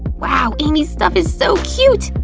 wow, amy's stuff is so cute!